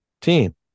team